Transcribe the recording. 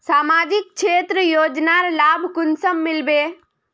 सामाजिक क्षेत्र योजनार लाभ कुंसम मिलबे?